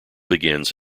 begins